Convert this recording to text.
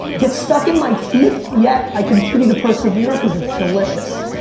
gets stuck in my teeth, yet i continue to persevere cause it's delicious.